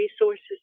resources